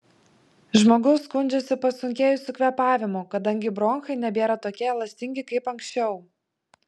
žmogus skundžiasi pasunkėjusiu kvėpavimu kadangi bronchai nebėra tokie elastingi kaip anksčiau